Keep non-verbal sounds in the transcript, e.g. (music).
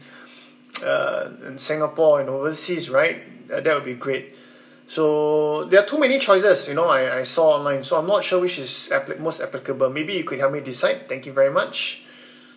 (noise) uh in singapore and overseas right that that will be great so there are too many choices you know I I saw online so I'm not sure which is appli~ most applicable maybe could help me decide thank you very much